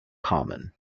common